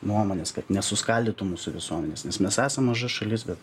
nuomonės kad nesuskaldytų mūsų visuomenės nes mes esam maža šalis bet